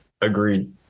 agreed